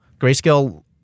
Grayscale